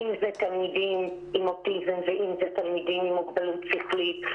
אם אלו תלמידים עם אוטיזם ואם אלו תלמידים עם מוגבלות שכלית,